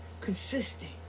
consistent